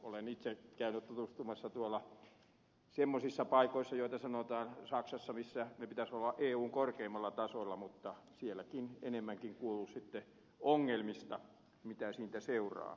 olen itse käynyt tutustumassa tuolla semmoisissa paikoissa sanotaan saksassa missä niiden pitäisi olla eun korkeimmalla tasolla mutta sielläkin enemmänkin kuuluu sitten ongelmista mitä siitä seuraa